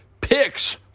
picks